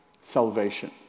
salvation